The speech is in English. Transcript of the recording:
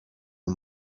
the